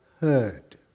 heard